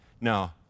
no